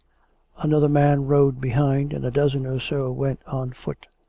another man rode behind and a dozen or so went on foot.